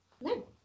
No